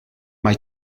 mae